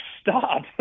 stop